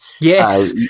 Yes